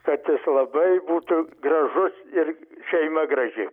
kad jis labai būtų gražus ir šeima graži